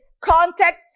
contact